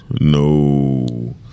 No